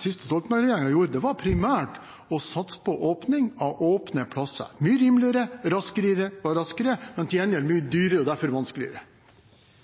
siste Stoltenberg-regjeringen gjorde, primært var å satse på åpning av åpne plasser: mye rimeligere og raskere, men til gjengjeld mye dyrere og derfor vanskeligere.